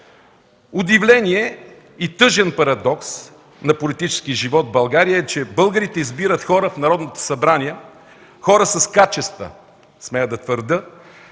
Удивление и тъжен парадокс на политическия живот в България е, че българите избират хора в Народното събрание – хора с качества, смея да твърдя,